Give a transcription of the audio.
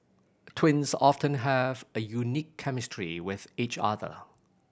twins often have a unique chemistry with each other